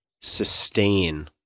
sustain